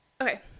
Okay